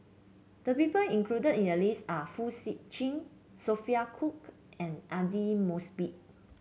the people included in the list are Fong Sip Chee Sophia Cooke and Aidli Mosbit